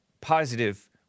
positive